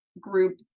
Group